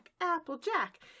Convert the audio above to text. Applejack